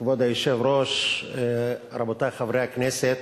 כבוד היושב-ראש, רבותי חברי הכנסת,